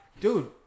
Dude